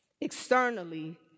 externally